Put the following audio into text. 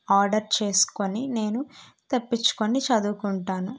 order చేసుకుని నేను తెప్పించుకుని చదువుకుంటాను